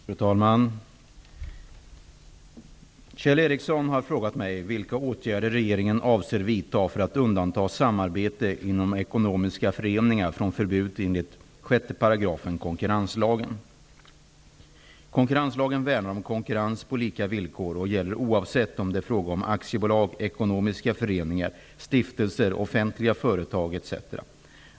Fru talman! Kjell Ericsson har frågat mig vilka åtgärder regeringen avser att vidta för att undanta samarbete inom ekonomiska föreningar från förbudet enligt 6 § konkurrenslagen. Konkurrenslagen värnar om konkurrens på lika villkor och gäller oavsett om det är fråga om aktiebolag, ekonomiska föreningar, stiftelser, offentliga företag etc.